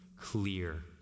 clear